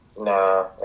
Nah